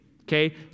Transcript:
Okay